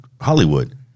Hollywood